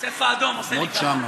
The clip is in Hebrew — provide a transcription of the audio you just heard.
אני רק תוהה.